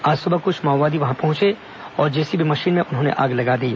आज सुबह कृछ माओवादी वहां पहंचे और जेसीबी मशीन में आग लगा दी